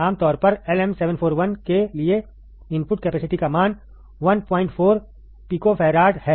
आमतौर पर LM741 के लिए इनपुट कैपेसिटी का मान 14 पिकोफैराड है